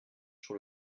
sur